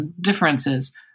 differences